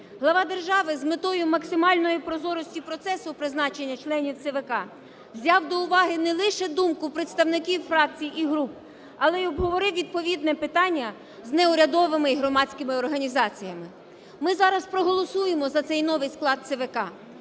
Глава держави з метою максимальної прозорості процесу призначення членів ЦВК взяв до уваги не лише думку представників фракцій і груп, але і обговорив відповідне питання з неурядовими і громадськими організаціями. Ми зараз проголосуємо за цей новий склад ЦВК,